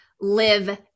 live